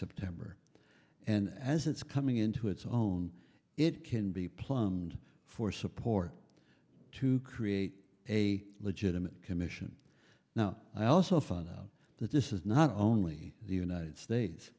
september and as it's coming into its own it can be plumbed for support to create a legitimate commission now i also found out that this is not only the united states